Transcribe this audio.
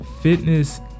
fitness